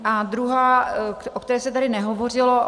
A druhá, o které se tady nehovořilo.